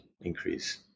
increase